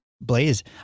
Blaze